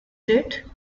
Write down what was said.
date